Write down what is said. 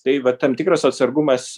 tai va tam tikras atsargumas